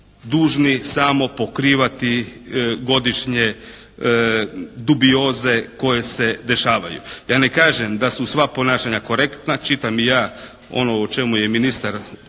dužni samo pokrivati godišnje dubioze koje se dešavaju. Ja ne kažem da su sva ponašanja korektna. Čitam i ja ono o čemu je ministar